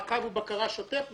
והדבר השלישי, הוא מעקב ובקרה שוטף.